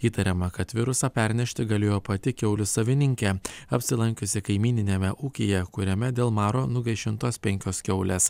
įtariama kad virusą pernešti galėjo pati kiaulių savininkė apsilankiusi kaimyniniame ūkyje kuriame dėl maro nugaišintos penkios kiaulės